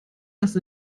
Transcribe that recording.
erst